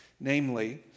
namely